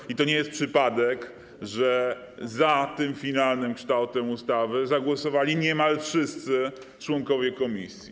I to nie jest przypadek, że za tym finalnym kształtem ustawy zagłosowali niemal wszyscy członkowie komisji.